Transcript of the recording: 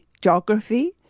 geography